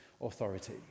authority